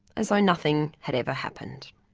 as though nothing had ever happened.